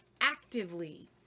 actively